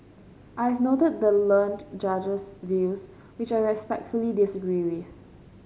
I have noted the learned Judge's views which I respectfully disagree with